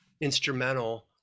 instrumental